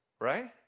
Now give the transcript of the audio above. right